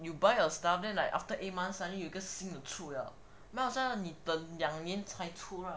you buy your stuff then like after eight months suddenly 有一个新的出了 must as well 你等两年才出 right